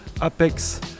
Apex